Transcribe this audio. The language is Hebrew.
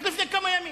רק לפני כמה ימים.